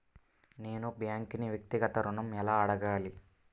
నేను బ్యాంక్ను వ్యక్తిగత ఋణం ఎలా అడగాలి?